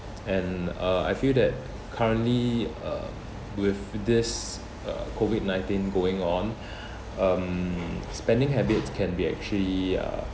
and uh I feel that currently uh with this uh COVID nineteen going on um spending habits can be actually uh